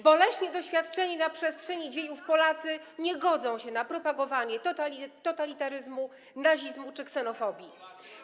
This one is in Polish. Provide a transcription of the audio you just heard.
Boleśnie doświadczeni na przestrzeni dziejów Polacy nie godzą się na propagowanie totalitaryzmu, nazizmu czy ksenofobii.